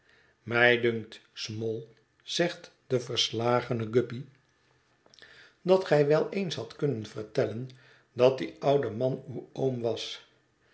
mij dunkt small zegt de verslagene guppy dat gij wel eens hadt kunnen vertellen dat die oude man uw oom was